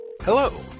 Hello